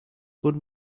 good